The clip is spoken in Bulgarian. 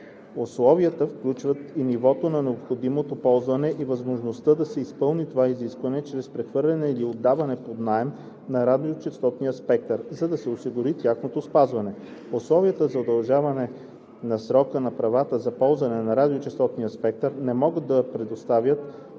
Условията включват и нивото на необходимото ползване и възможността да се изпълни това изискване чрез прехвърляне или отдаване под наем на радиочестотния спектър, за да се осигури тяхното спазване. Условията за удължаване на срока на правата за ползване на радиочестотен спектър не могат да предоставят